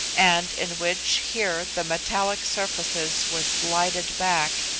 and in which, here, the metallic surfaces were slided back,